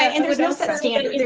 and there's no set standard,